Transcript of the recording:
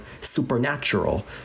supernatural